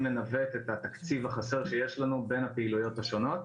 לנווט את התקציב החסר שיש לנו בין הפעילויות השונות.